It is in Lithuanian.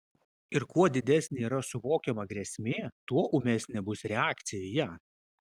ir kuo didesnė yra suvokiama grėsmė tuo ūmesnė bus reakcija į ją